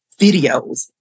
videos